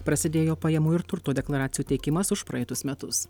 prasidėjo pajamų ir turto deklaracijų teikimas už praeitus metus